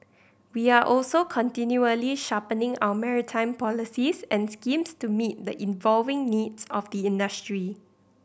we are also continually sharpening our maritime policies and schemes to meet the evolving needs of the industry